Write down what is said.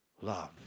love